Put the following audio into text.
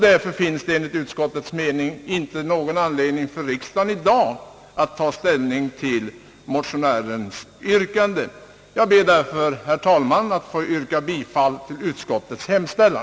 Därför finns det enligt utskottets mening inte någon anledning för riksdagen i dag att ta ställ. ning till motionärens yrkande. Jag ber alltså, herr talman, att få yrka bifall till utskottets hemställan.